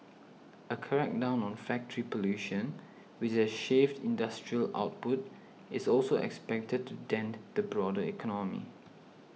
a crackdown on factory pollution which has shaved industrial output is also expected to dent the broader economy